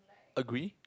agree